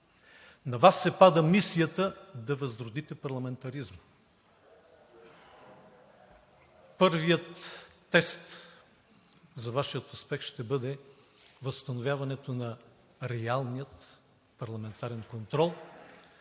На Вас се пада мисията да възродите парламентаризма. Първият тест за Вашия успех ще бъде възстановяването на реалния парламентарен контрол